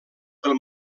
pel